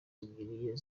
ebyiri